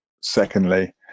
secondly